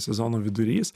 sezono vidurys